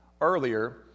earlier